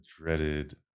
dreaded